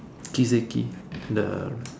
Kiseki the